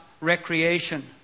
recreation